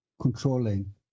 controlling